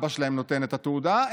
שהאבא שלהם נותן את התעודה,